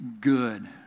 good